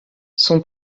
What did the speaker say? son